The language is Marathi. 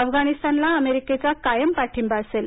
अफगाणिस्तानला अमेरिकेचा कायम पाठींबा असेल